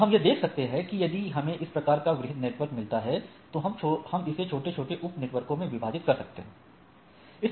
और हम यह देख सकते हैं कि यदि हमें इस प्रकार का वृहद नेटवर्क मिलता है तो हम इसे छोटे छोटे उप नेटवर्कों में विभाजित कर सकते हैं